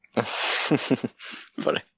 Funny